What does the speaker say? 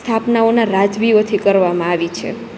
સ્થાપનાઓના રાજવીઓથી કરવામાં આવી છે